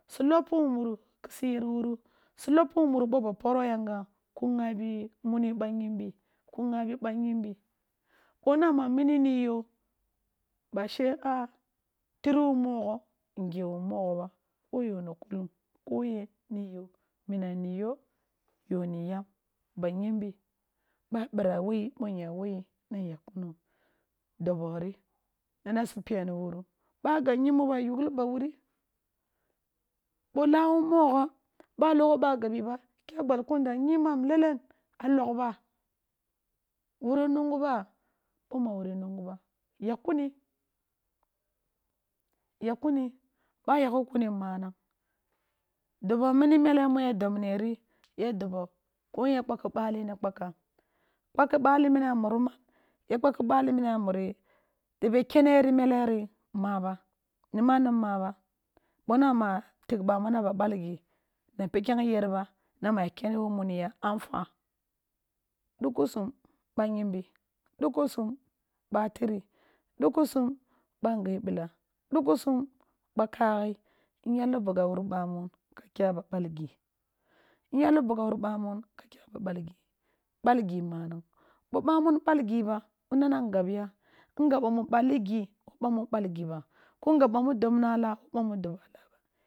Si loppi wun muru kisi yer wuri si loppu wun muni bo ba poro yagham kin ghabi muni ba yimbi ku nghabi ba yumbi. Bo na ma mini ni yo bashe a tiro mogho, nghe wun mogho ba, bo yoni kkulung ko yen ni yo, minam ni yo, y oni yam bayumbi ba ɓira woyi bo nya wo yi, na nyagh kuno do boro nongna si peni wan ba gab gimbo ba logho ka gabi ba, jya gbal kunda yimban lelen a logba, wino mungu ba, boma wuni munguba yakhkuni ba yagho kuri manang, dobo mini mele mi ya do bri, ya dobo mini mele mi ya dobri, ya dobo koyan ya pakki bali nikpakka, kpakki bali mini a muri man, yakpaki bali mini a mura tebe keneri mderi maba, niman nim aba, bo nama tigh bamun a ba balgi bikyan yer ba, na ma yak yeni muniya afa dukusum bayimbi dukusum ba tiri, chukusum ba nge bita dukusun ba kaghi nyalli bugha wuri bamunka kya ba bal gi nyalli bugha wuri bamun ka kya ba balgi. Balgi manang bo bamun balgi ba, bon a nan gab ya, ngab bamu balli gi wo bamu balgi ba kin gab ibamu dobna la wo bamu doba la aba